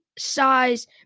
size